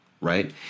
right